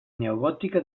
neogòtica